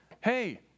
hey